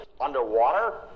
underwater